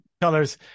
colors